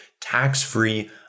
tax-free